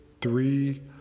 three